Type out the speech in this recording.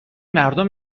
مردم